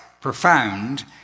profound